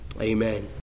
Amen